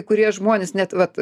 kurie žmonės net vat